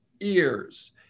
ears